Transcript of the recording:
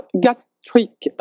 gastric